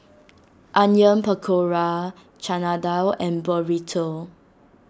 Onion Pakora Chana Dal and Burrito